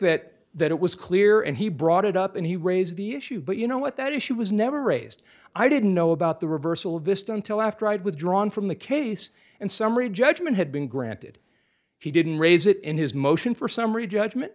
that that it was clear and he brought it up and he raised the issue but you know what that issue was never raised i didn't know about the reversal of vista until after i had withdrawn from the case and summary judgment had been granted he didn't raise it in his motion for summary judgment